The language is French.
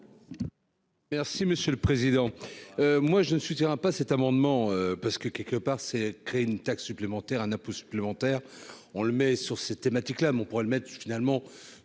Merci monsieur le président, moi je ne soutiens pas cet amendement parce que quelque part, c'est créer une taxe supplémentaire, un impôt supplémentaire, on le met sur cette thématique là mais on pourra le mettre finalement